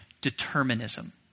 determinism